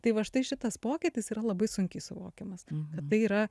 tai va štai šitas pokytis yra labai sunkiai suvokiamas kad tai yra